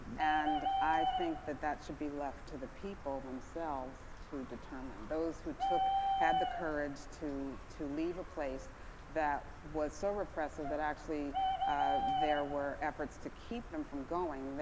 and i think that that should be left to the people themselves to determine. those who took had the courage to to leave a place that was so repressive that actually there were efforts to keep them from going.